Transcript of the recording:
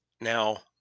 Now